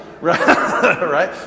Right